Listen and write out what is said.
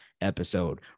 episode